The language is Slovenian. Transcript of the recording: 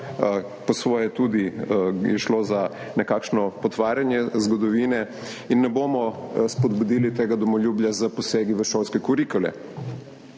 po svoje je šlo tudi za nekakšno potvarjanje zgodovine, in ne bomo spodbudili tega domoljubja s posegi v šolske kurikule.